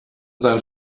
seinen